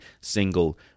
single